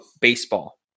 baseball